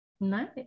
Nice